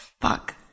Fuck